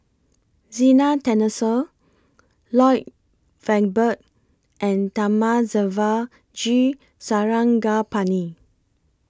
Zena Tessensohn Lloyd Valberg and Thamizhavel G Sarangapani